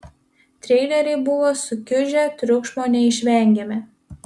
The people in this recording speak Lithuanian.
treileriai buvo sukiužę triukšmo neišvengėme